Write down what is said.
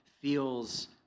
feels